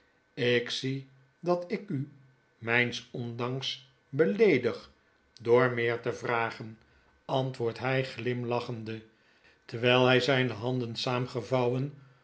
ik zie dat ik u myns ondanks beleedig door meer te vragen antwoordt hjj glimlachende terwijl hij zjjne handen